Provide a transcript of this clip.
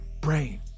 Brain